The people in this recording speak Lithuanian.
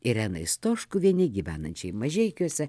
irenai stoškuvienei gyvenančiai mažeikiuose